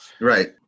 Right